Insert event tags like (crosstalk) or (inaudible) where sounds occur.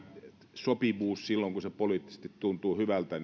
sopivuus silloin kun se poliittisesti tuntuu hyvältä (unintelligible)